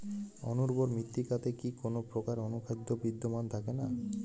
অনুর্বর মৃত্তিকাতে কি কোনো প্রকার অনুখাদ্য বিদ্যমান থাকে না?